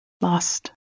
Lost